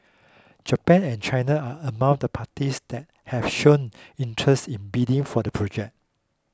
Japan and China are among the parties that have shown interest in bidding for the project